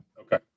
Okay